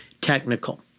technical